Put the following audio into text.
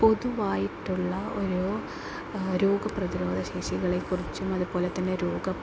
പൊതുവായിട്ടുള്ള ഒരു ഒരു രോഗപ്രതിരോധ ശേഷികളെക്കുറിച്ചും അതുപോലെ തന്നെ രോഗം